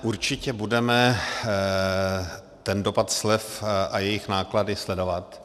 Určitě budeme dopad slev a jejich náklady sledovat.